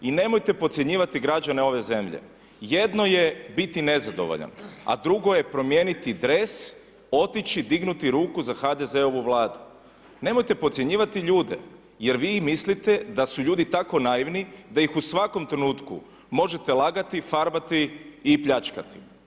I nemojte podcjenjivati građane ove zemlje, jedno je biti nezadovoljan, a drugo je promijeniti dres, otići dignuti ruku za HDZ-ovu Vladu, nemojte podcjenjivati ljude, jer vi mislite da su ljudi tako naivni da ih u svakom trenutku možete lagati, farbati i pljačkati.